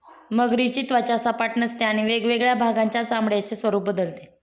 मगरीची त्वचा सपाट नसते आणि वेगवेगळ्या भागांच्या चामड्याचे स्वरूप बदलते